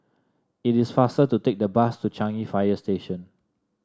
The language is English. it is faster to take the bus to Changi Fire Station